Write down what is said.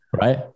right